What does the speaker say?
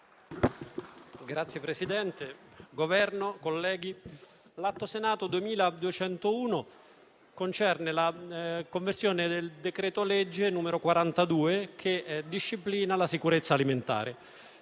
rappresentanti del Governo, colleghi, l'Atto Senato 2201 concerne la conversione del decreto-legge n. 42 del 2021, che disciplina la sicurezza alimentare.